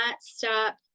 stop